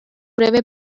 breve